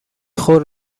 خود